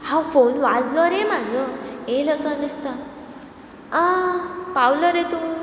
आ phone वाजलो रे म्हजो येयलो सो दिसता आ पावलो रे तूं